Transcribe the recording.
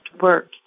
work